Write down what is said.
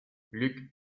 luc